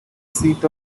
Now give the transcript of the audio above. seat